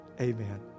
Amen